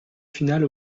finale